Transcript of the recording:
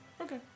Okay